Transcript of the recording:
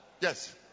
Yes